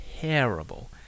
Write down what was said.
terrible